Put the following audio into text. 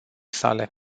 sale